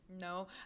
No